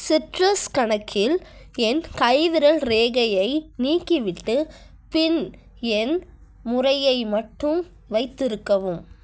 citrus கணக்கில் என் கைவிரல் ரேகையை நீக்கிவிட்டு பின் எண் முறையை மட்டும் வைத்திருக்கவும்